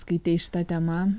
skaitei šita tema